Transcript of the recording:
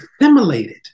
assimilated